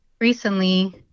recently –